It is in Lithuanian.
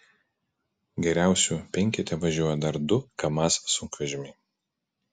geriausių penkete važiuoja dar du kamaz sunkvežimiai